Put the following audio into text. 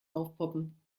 aufpoppen